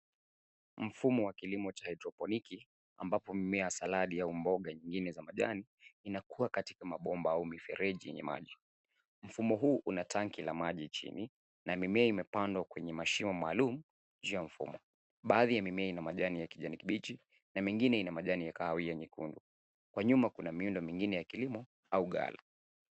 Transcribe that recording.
Mfumo wa kilimo cha hydroponiki ambapo mimea ya saladi au mboga zingine za majani inakuwa katika mabomba au mifereji yenye maji. Mfumo huu una tenki yenye maji chini na mimea imepandwa kwenye mashimo maalum juu ya mfumo. Baadhi ya mimea ina majani ya rangi kibichi na mengine ina majani ya kahawia nyekundu. Kwa nyuma kuna miundo mengine ya kilimo au gala.